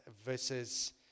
versus